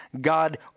God